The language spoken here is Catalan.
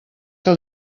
que